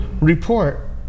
report